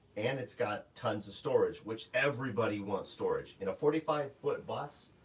and it's got tons of storage, which everybody wants storage. in a forty five foot bus,